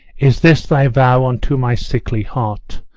is this thy vow unto my sickly heart.